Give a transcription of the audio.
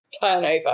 Turnover